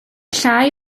llai